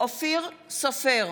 אופיר סופר,